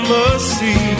mercy